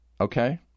okay